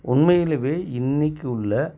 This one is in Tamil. உண்மையில இன்னைக்கு உள்ள